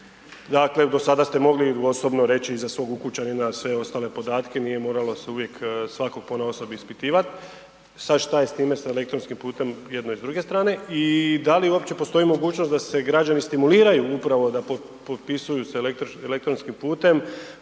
dakle do sada ste mogli osobno reći za svog ukućanina sve ostale podatke, nije moralo se uvijek svakog ponaosob ispitivat, sad šta je s time s elektronskim putem jedne i druge strane i da li uopće postoji mogućnost da građani stimuliraju upravo da potpisuju elektronskim putem